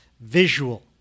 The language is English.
visual